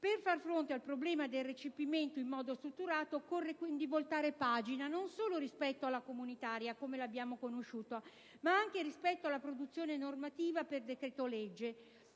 Per far fronte al problema del recepimento in modo strutturato, occorre quindi voltare pagina, non solo rispetto alla comunitaria come l'abbiamo conosciuta, ma anche rispetto alla produzione normativa per decreto-legge.